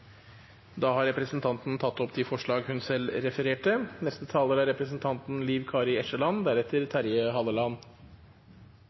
Da har representanten Else May Botten Norderhus tatt opp de forslagene hun refererte til. Det er